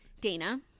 Dana